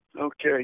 Okay